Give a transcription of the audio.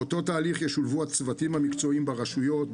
באותו תהליך ישולבו הצוותים המקצועיים ברשויות,